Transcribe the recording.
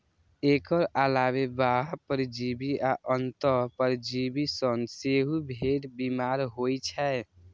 एकर अलावे बाह्य परजीवी आ अंतः परजीवी सं सेहो भेड़ बीमार होइ छै